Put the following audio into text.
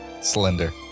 slender